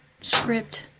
script